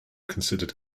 considered